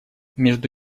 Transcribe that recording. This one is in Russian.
между